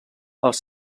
els